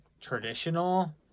traditional